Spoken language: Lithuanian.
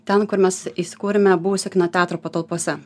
ten kur mes įsikūrėme buvusio kino teatro patalpose